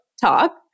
talk